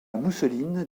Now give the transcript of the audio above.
mousseline